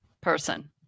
person